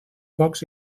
pocs